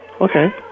Okay